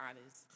honest